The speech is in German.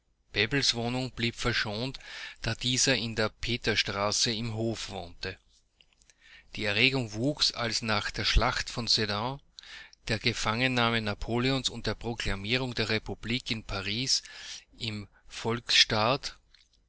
bebels wohnung blieb verschont da dieser in der petersstraße im hofe wohnte die erregung wuchs als nach der schlacht von sedan der gefangennahme napoleons und der proklamierung der republik in paris im